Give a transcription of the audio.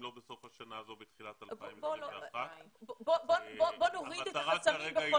אם לא בסוף השנה הזו אז בתחילת שנת 2021. בוא נוריד את החסמים בכל מקרה.